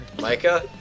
Micah